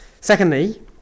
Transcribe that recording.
Secondly